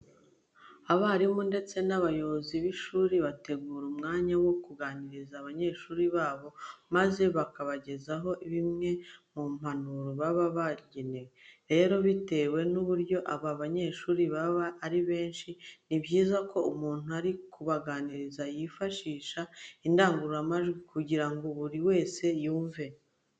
Abarimu ndetse n'abayobozi b'ishuri bategura umwanya wo kuganiriza abanyeshuri babo maze bakabagezaho zimwe mu mpanuro baba babageneye. Rero bitewe n'uburyo aba banyeshuri baba ari benshi, ni byiza ko umuntu uri kubaganiriza yifashisha indangururamajwi kugira ngo buri wese yumve.